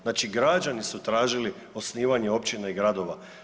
Znači, građani su tražili osnivanje općina i gradova.